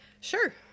Sure